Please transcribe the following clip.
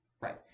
Right